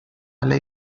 alle